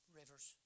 rivers